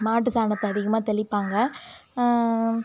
மாட்டு சாணத்தை அதிகமாக தெளிப்பாங்க